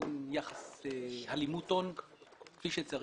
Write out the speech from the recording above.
אין הלימות הון כפי שצריך.